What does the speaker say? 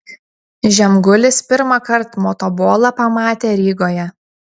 žemgulis pirmąkart motobolą pamatė rygoje